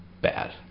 bad